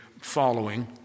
following